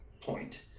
point